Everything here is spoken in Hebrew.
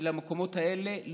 למקומות האלה.